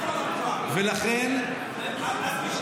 במדינה יהודית זה לא חמקמק.